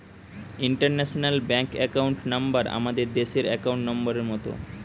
international bank account number আমাদের দেশের account নম্বরের মত